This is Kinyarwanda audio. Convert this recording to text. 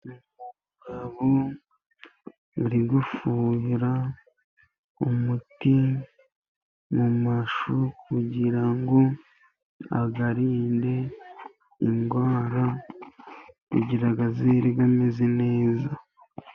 Umugabo umwe urigufuhira umuti mu mashu, kugira ngo ayarinde indwara azere ameze neza.